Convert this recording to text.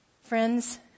Friends